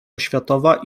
oświatowa